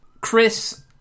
Chris